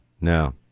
No